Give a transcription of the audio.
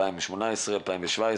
2018 או 2017,